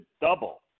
double